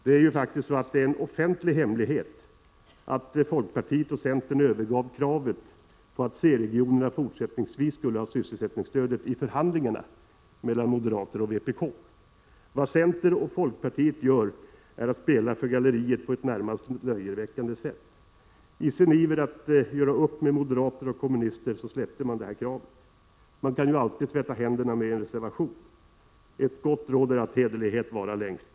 Det är en offentlig hemlighet att folkpartiet och centern i förhandlingarna — Prot. 1986/87:128 med moderaterna och vpk övergav kravet på att C-regionerna fortsättnings 21 maj 1987 vis skulle ha sysselsättningsstöd. Vad centern och folkpartiet gör är att spela för galleriet på ett närmast löjeväckande sätt. I sin iver att göra upp med moderater och kommunister släppte man detta krav. Man kan ju alltid tvätta händerna med en reservation. Ett gott råd är att hederlighet varar längst.